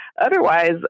otherwise